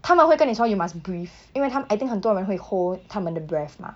他们会跟你说 you must breathe 因为他 I think 很多人会 hold 他们的 breath mah